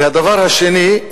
והדבר שני,